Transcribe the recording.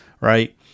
right